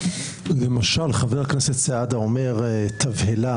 למשל כשחבר הכנסת סעדה אומר "תבהלה",